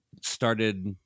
started